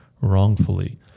wrongfully